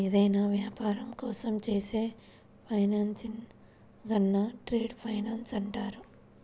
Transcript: ఏదైనా యాపారం కోసం చేసే ఫైనాన్సింగ్ను ట్రేడ్ ఫైనాన్స్ అంటారు